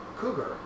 cougar